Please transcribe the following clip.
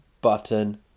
button